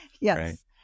Yes